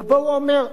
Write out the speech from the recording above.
ובו הוא אומר,